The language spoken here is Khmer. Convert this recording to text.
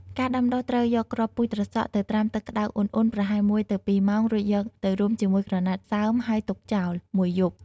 ការដាំដុះត្រូវយកគ្រាប់ពូជត្រសក់ទៅត្រាំទឹកក្តៅឧណ្ហៗប្រហែល ១ ទៅ ២ ម៉ោង រួចយកទៅរុំជាមួយក្រណាត់សើមហើយទុកចោល ១ យប់។